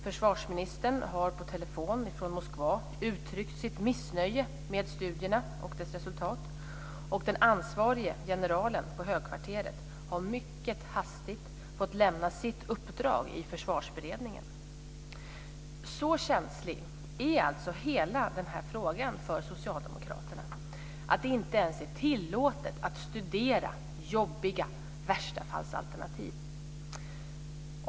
Försvarsministern har på telefon från Moskva uttryckt sitt missnöje med studierna och deras resultat, och den ansvarige generalen på högkvarteret har mycket hastigt fått lämna sitt uppdrag i Försvarsberedningen. Så känslig är alltså hela den här frågan för Socialdemokraterna att det inte ens är tilllåtet att studera jobbiga värstafallsalternativ.